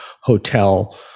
hotel